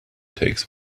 takes